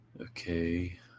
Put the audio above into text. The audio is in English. Okay